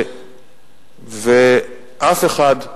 אף אחד,